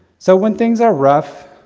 so, when things are rough,